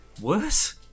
worse